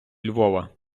львова